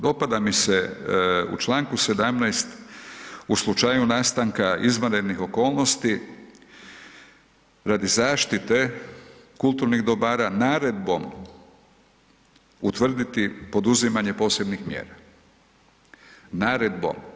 Dopada mi se u članku 17. u slučaju nastanka izvanrednih okolnosti radi zaštite kulturnih dobara naredbom utvrditi poduzimanje posebnih mjera, naredbom.